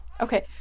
Okay